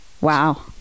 Wow